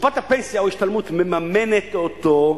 קופת הפנסיה או ההשתלמות מממנת אותו,